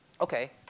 Okay